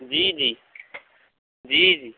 جی جی جی جی